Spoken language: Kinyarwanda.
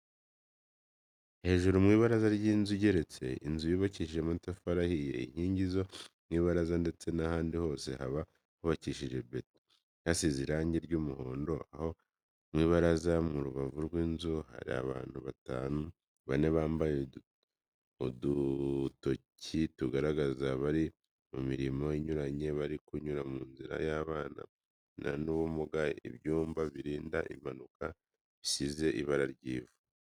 Hejuru mu ibaraza ry'inzu igeretse. Inzu yubakishije amatafari ahiye. Inkingi zo mu ibaraza ndetse n'ahandi hose haba hubakishije beto, hasize irangi ry'umuhondo. Aho mu ibaraza, mu rubavu rw'inzu, hari abantu batanu, bane bambaye udutoki tugaragaza abari mu mirimo inyuranye, bari kunyura mu nzira y'ababana n'ubumuga. Ibyuma birinda impanuka bisize ibara ry'ivu.